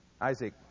Isaac